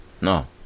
No